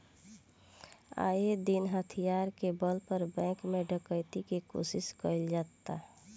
आये दिन हथियार के बल पर बैंक में डकैती के कोशिश कईल जाता